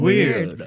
Weird